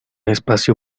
espacio